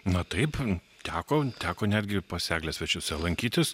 na taip teko teko netgi ir pas eglę svečiuose lankytis